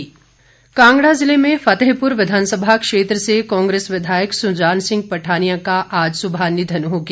सुजान सिंह पठानिया कांगड़ा ज़िले में फतेहपुर विधानसभा क्षेत्र से कांग्रेस विधायक सुजान सिंह पठानिया का आज सुबह निधन हो गया